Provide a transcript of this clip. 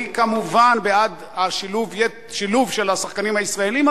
אני כמובן בעד שילוב של השחקנים הישראלים,